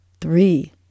three